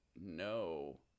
no